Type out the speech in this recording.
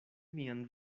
mian